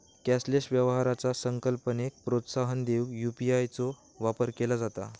cashless व्यवहाराचा संकल्पनेक प्रोत्साहन देऊक यू.पी.आय चो वापर केला जाता